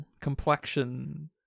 complexion